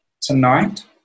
tonight